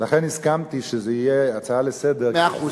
לכן הסכמתי שזו תהיה הצעה לסדר-היום, מאה אחוז.